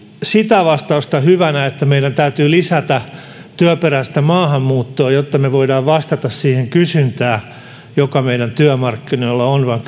sitä vastausta hyvänä että meidän täytyy lisätä työperäistä maahanmuuttoa jotta me voimme vastata siihen kysyntään joka meidän työmarkkinoilla on vaan